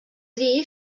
dir